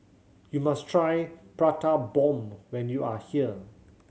you must try Prata Bomb when you are here